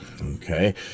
okay